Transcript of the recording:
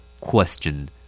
Question